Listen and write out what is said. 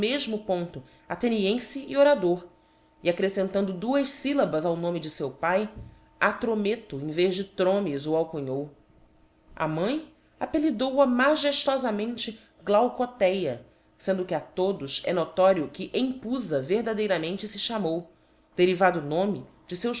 meímo ponto athenienfe e orador e accrefcentando duas fyllabas ao nome de feu pae atrometo em vez de tromes o alcunhou a mãe appelidou a majeftofamente glaucothéa fendo que a todos c notório que empufa verdadeiramente fe chamou derivado o nome de feus